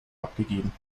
abgegeben